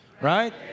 Right